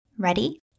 Ready